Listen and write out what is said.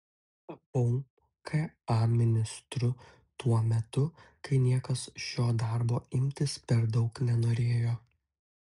tapau ka ministru tuo metu kai niekas šio darbo imtis per daug nenorėjo